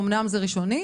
אומנם זה ראשוני,